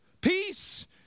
Peace